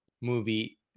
movie